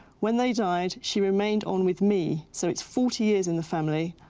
when they died she remained on with me. so it's forty years in the family.